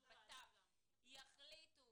הבט"פ יחליטו